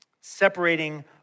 separating